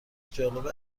جالب